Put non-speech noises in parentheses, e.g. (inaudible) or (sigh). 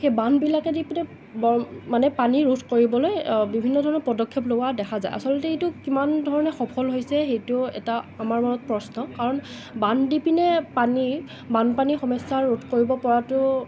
সেই বান্ধবিলাকেদি (unintelligible) মানে পানী ৰোধ কৰিবলৈ বিভিন্ন ধৰণৰ পদক্ষেপ লোৱা দেখা যায় আচলতে এইটো কিমান ধৰণে সফল হৈছে সেইটো এটা আমাৰ মাজত প্ৰশ্ন কাৰণ বান্ধ দি পিনে পানী বানপানী সমস্যা ৰোধ কৰিব পৰাটো